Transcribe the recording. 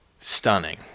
stunning